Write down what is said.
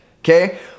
Okay